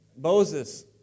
Moses